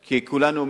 כי כולנו מבינים,